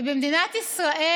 ובמדינת ישראל,